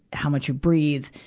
how much you breathe,